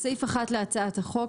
בסעיף 1 להצעת החוק,